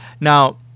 Now